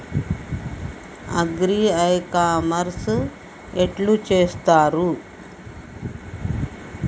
Agri e commerce ఎట్ల చేస్తరు?